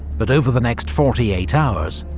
but over the next forty eight hours,